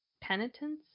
Penitence